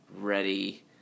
ready